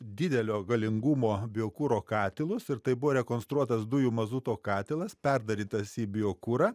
didelio galingumo biokuro katilus ir tai buvo rekonstruotas dujų mazuto katilas perdarytas į biokurą